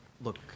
Look